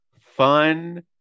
fun